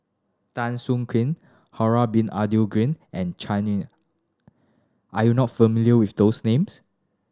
Tan Soo Khoon Harun Bin Abdul Ghani and Chua Nam are you not familiar with those names